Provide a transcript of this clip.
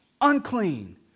unclean